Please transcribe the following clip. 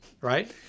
Right